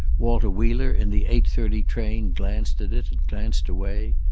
walter wheeler in the eight-thirty train glanced at it and glanced away.